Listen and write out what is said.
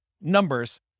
numbers